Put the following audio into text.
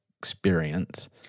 experience